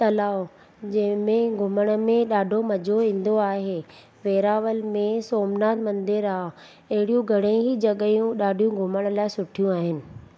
तलाउ जंहिंमें घुमण में ॾाढो मजो ईंदो आहे वेरावल में सोमनाथ मंदिर आहे अहिॾियूं घणेई जॻहियूं ॾाढियूं घुमण लाइ सुठियूं आहिनि